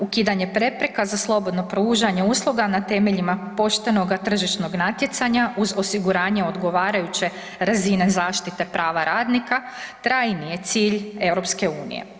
Ukidanje prepreka za slobodno pruža nje usluga na temeljima poštenoga tržišnoga natjecanja uz osiguranje odgovarajuće razine zaštite prava radnika trajni je cilj EU.